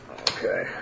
Okay